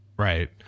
Right